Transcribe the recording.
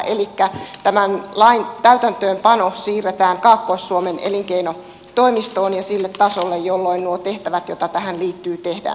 elikkä tämän lain täytäntöönpano siirretään kaakkois suomen elinkeinotoimistoon ja sille tasolle jolloin nuo tehtävät joita tähän liittyy ehkä